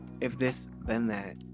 If-this-then-that